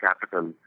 capital